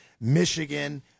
Michigan